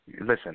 Listen